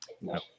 No